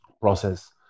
process